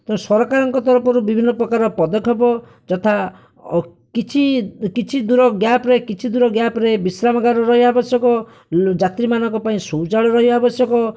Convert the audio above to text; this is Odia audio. ତେଣୁ ସରକାରଙ୍କ ତରଫରୁ ବିଭିନ୍ନ ପ୍ରକାର ପଦକ୍ଷେପ ଯଥା କିଛି କିଛି ଦୂର ଗ୍ୟାପରେ କିଛି ଦୂର ଗ୍ୟାପରେ ବିଶ୍ରାମଗାର ରହିବା ଆବଶ୍ୟକ ଯାତ୍ରୀମାନଙ୍କ ପାଇଁ ସୌଚାଳୟ ରହିବା ଆବଶ୍ୟକ